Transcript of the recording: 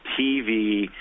TV